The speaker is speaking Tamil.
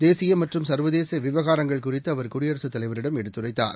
தேசியமற்றும் சர்வதேசவிவகாரங்கள் குறித்துஅவர் குடியரசுத் தலைவரிடம் எடுத்துரைத்தார்